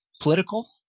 political